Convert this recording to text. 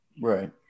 Right